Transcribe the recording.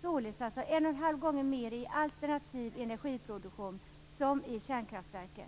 Det är alltså en och en halv gånger mer i alternativ energiproduktion än i kärnkraftverk.